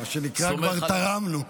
מה שנקרא "כבר תרמנו".